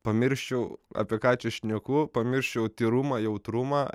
pamirščiau apie ką čia šneku pamirščiau tyrumą jautrumą